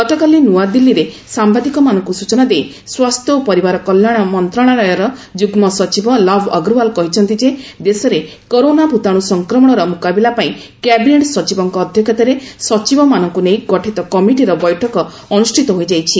ଗତକାଲି ନୂଆଦିଲ୍ଲୀରେ ସାମ୍ଭାଦିକମାନଙ୍କୁ ସୂଚନା ଦେଇ ସ୍ୱାସ୍ଥ୍ୟ ଓ ପରିବାର କଲ୍ୟାଣ ମନ୍ତ୍ରଣାଳୟର ଯୁଗ୍ମ ସଚିବ ଲଭ୍ ଅଗ୍ରଓ୍ୱାଲ୍ କହିଛନ୍ତି ଯେ ଦେଶରେ କରୋନା ଭୂତାଣୁ ସଂକ୍ରମଣର ମୁକାବିଲା ପାଇଁ କ୍ୟାବିନେଟ୍ ସଚିବଙ୍କ ଅଧ୍ୟକ୍ଷତାରେ ସଚିବମାନଙ୍କୁ ନେଇ ଗଠିତ କମିଟିର ବୈଠକ ଅନୁଷ୍ଠିତ ହୋଇଯାଇଛି